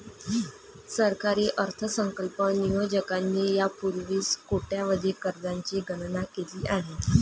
सरकारी अर्थसंकल्प नियोजकांनी यापूर्वीच कोट्यवधी कर्जांची गणना केली आहे